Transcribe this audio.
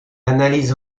analyse